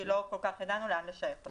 כי לא כל כך ידענו לאן לשייך את זה.